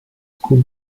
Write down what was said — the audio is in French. school